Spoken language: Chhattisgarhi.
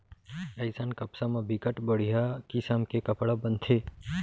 अइसन कपसा म बिकट बड़िहा किसम के कपड़ा बनथे